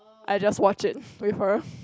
I just watch it with her